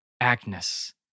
Agnes